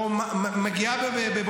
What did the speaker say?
רגע, שנייה.